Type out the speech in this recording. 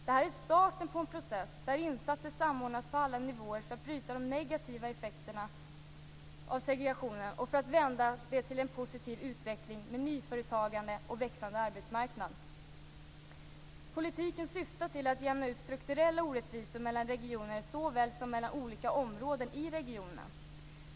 Detta är starten på en process där insatser samordnas på alla nivåer för att bryta de negativa effekterna av segregationen och för att vända dem till en positiv utveckling med nyföretagande och växande arbetsmarknad. Politiken syftar till att jämna ut strukturella orättvisor mellan såväl regioner som mellan olika områden i regionerna.